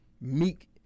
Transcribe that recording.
Meek